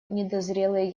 недозрелые